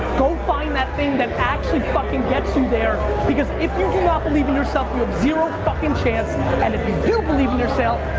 go find that thing that absolutely fuckin' gets you there because if you do not believe in yourself, you have zero fuckin' chance and if you do believe in yourself,